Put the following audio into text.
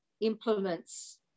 implements